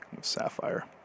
Sapphire